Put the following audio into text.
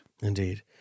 Indeed